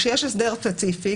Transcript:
כשיש הסדר ספציפי,